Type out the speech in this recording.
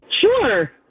Sure